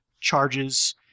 charges